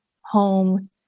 home